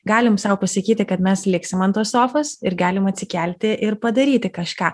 galim sau pasakyti kad mes liksim ant tos sofos ir galim atsikelti ir padaryti kažką